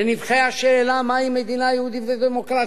לנבכי השאלה מהי מדינה יהודית ודמוקרטית,